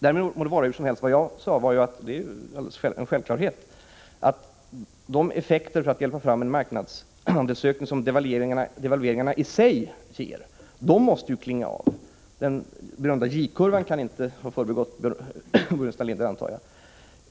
Därmed må vara hur som helst. Vad jag sade var att det är en självklarhet att de effekter för att hjälpa fram en marknadsandelsökning som devalveringarna i sig ger måste klinga av. Den berömda J-kurvan kan inte ha förbigått Burenstam Linder, antar jag.